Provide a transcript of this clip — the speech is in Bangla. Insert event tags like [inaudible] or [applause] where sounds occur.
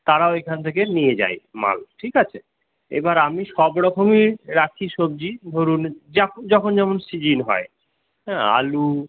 তারাও এখান থেকে নিয়ে যায় মাল ঠিক আছে এবার আমি সবরকমই রাখি সবজি ধরুন [unintelligible] যখন যেমন সিজিন হয় হ্যাঁ আলু